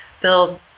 build